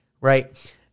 Right